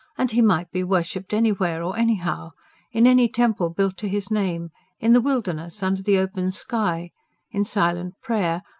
and he might be worshipped anywhere or anyhow in any temple built to his name in the wilderness under the open sky in silent prayer,